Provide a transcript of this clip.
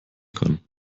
kann